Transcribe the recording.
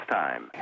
time